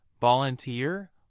volunteer